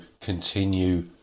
continue